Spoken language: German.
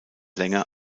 länger